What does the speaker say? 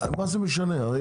מה זה משנה,